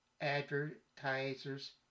Advertisers